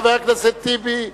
חבר הכנסת טיבי,